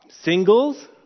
singles